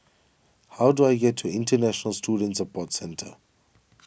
how do I get to International Student Support Centre